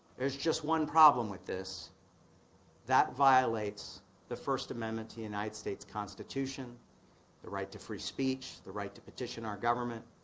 is just one problem with this that violates the first amendment's united states constitution the right to free speech the right to petition the government